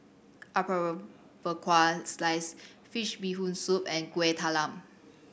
Apom Berkuah sliced fish Bee Hoon Soup and Kueh Talam